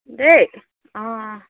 দেই অঁ